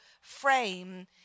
frame